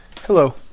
Hello